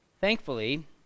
Thankfully